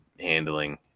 handling